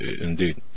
indeed